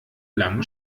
langen